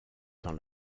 dans